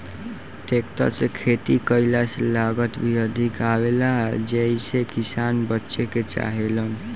tractor से खेती कईला से लागत भी अधिक आवेला जेइसे किसान बचे के चाहेलन